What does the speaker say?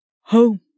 home